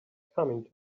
coming